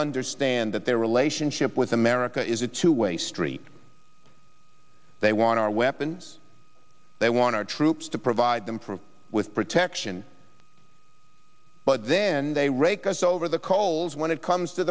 understand that their relationship with america is a two way street they want our weapons they want our troops to provide them with protection but then they rake us over the coals when it comes to